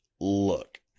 Look